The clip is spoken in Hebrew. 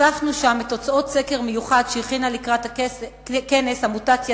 חשפנו שם תוצאות סקר מיוחד שהכינה לקראת הכנס עמותת "ידיד",